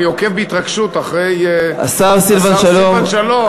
אני עוקב בהתרגשות אחרי השר סילבן שלום.